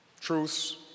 Truths